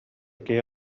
киһи